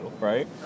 right